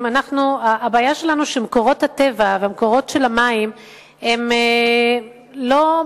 הבעיה שלנו שמקורות הטבע והמקורות של המים לא מתעצמים,